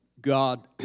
God